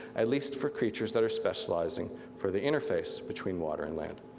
at least for creatures that are specializing for the interface between water and land.